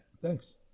Thanks